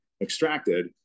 extracted